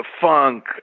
Funk